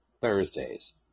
Thursdays